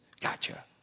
Gotcha